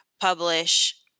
publish